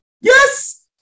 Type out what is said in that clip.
Yes